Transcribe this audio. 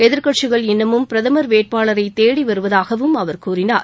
எதிர்க்கட்சிகள் இன்னமும் பிரதமர் வேட்பாளரை தேடி வருவதாகவும் அவர் கூறினார்